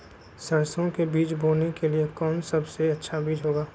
सरसो के बीज बोने के लिए कौन सबसे अच्छा बीज होगा?